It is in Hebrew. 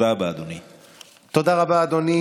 עתיד-תל"ם